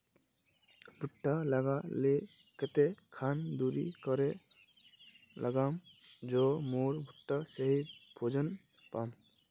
भुट्टा लगा ले कते खान दूरी करे लगाम ज मोर भुट्टा सही भोजन पाम?